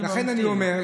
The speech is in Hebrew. אני ממתין.